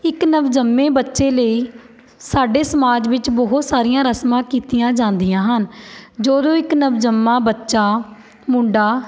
ਇੱਕ ਨਵਜੰਮੇ ਬੱਚੇ ਲਈ ਸਾਡੇ ਸਮਾਜ ਵਿੱਚ ਬਹੁਤ ਸਾਰੀਆਂ ਰਸਮਾਂ ਕੀਤੀਆਂ ਜਾਂਦੀਆਂ ਹਨ ਜੋ ਜੋ ਇੱਕ ਨਵਜੰਮਾ ਬੱਚਾ ਮੁੰਡਾ